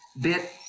bit